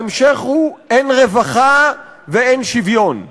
ההמשך הוא: אין רווחה ואין שוויון.